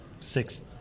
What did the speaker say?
six